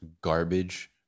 garbage